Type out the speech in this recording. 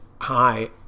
Hi